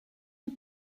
une